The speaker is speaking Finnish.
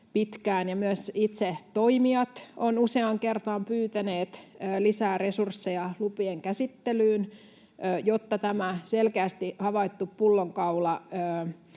ja myös itse toimijat ovat useaan kertaan pyytäneet lisää resursseja lupien käsittelyyn, jotta tämä selkeästi havaittu pullonkaula